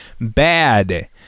bad